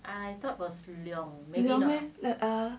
like err